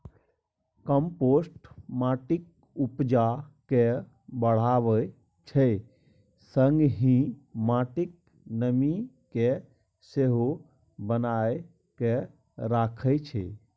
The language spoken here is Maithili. कंपोस्ट माटिक उपजा केँ बढ़ाबै छै संगहि माटिक नमी केँ सेहो बनाए कए राखै छै